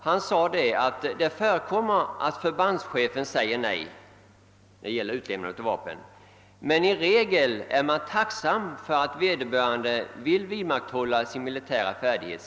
Han sade att det förekommer att förbandschefen säger nej till utlämning av vapen, men i regel är man tacksam för att vederbörande vill vidmakthålla sin militära färdighet.